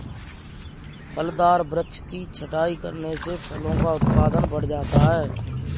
फलदार वृक्ष की छटाई करने से फलों का उत्पादन बढ़ जाता है